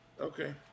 okay